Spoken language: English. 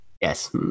Yes